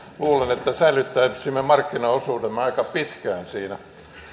luulen että säilyttäisimme markkinaosuutemme aika pitkään siinä